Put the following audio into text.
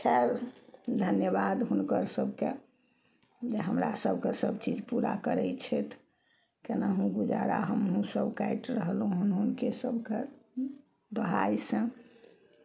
खैर धन्यवाद हुनकर सभके जे हमरा सभके सभचीज पूरा करय छथि केनाहु गुजारा हमहुँ सभ काटि रहलहुँ हन हुनके सभके बहायसँ